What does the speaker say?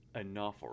enough